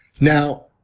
now